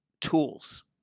tools